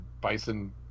bison